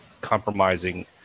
compromising